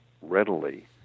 readily